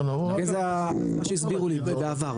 זה מה שהסבירו לי בעבר,